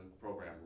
program